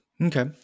Okay